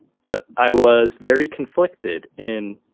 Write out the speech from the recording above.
but i was very conflicted in.